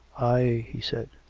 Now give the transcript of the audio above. aye, he said.